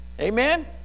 amen